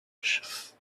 bushes